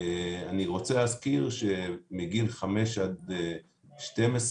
אני רוצה להזכיר שמגיל חמש עד 12,